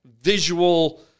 visual